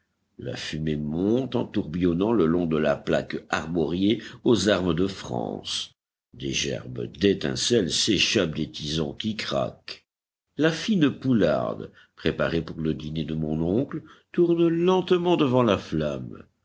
la fumée monte en tourbillonnant le long de la plaque armoriée aux armes de france des gerbes d'étincelles s'échappent des tisons qui craquent la fine poularde préparée pour le dîner de mon oncle tourne lentement devant la flamme